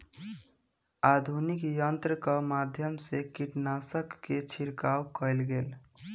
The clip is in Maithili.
आधुनिक यंत्रक माध्यम सँ कीटनाशक के छिड़काव कएल गेल